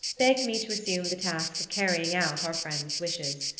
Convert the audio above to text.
begged me to assume the task of carrying out our friend's wishes.